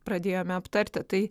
pradėjome aptarti tai